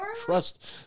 trust